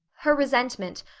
her resentment,